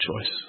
choice